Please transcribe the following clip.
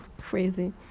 Crazy